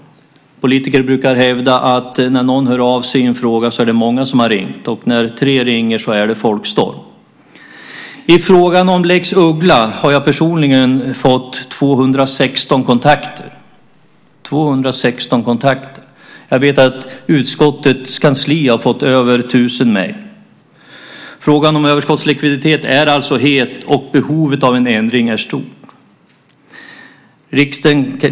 Politiker brukar hävda att när någon hör av sig i en fråga är det många som har ringt. När tre ringer är det folkstorm. I frågan om lex Uggla har jag personligen fått 216 kontakter, 216! Jag vet att utskottets kansli har fått över 1 000 mejl. Frågan om överskottslikviditet är alltså het, och behovet av en ändring är stort.